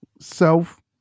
Self